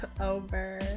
over